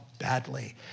Badly